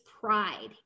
pride